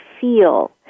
feel